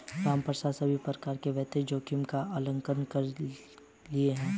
रामप्रसाद सभी प्रकार के वित्तीय जोखिम का आंकलन कर लिए है